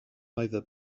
either